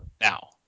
now